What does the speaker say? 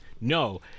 no